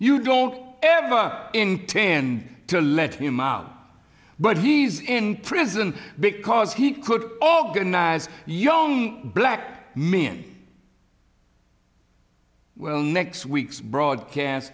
you don't ever intend to let him out but he's in prison because he could all get a nice young black men well next week's broadcast